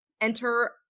enter